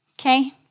okay